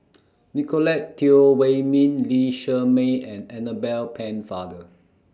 Nicolette Teo Wei Min Lee Shermay and Annabel Pennefather